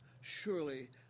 Surely